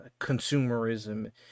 consumerism